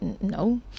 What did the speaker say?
no